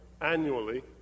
annually